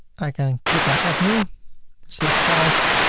i can click on add new select files.